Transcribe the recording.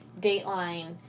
Dateline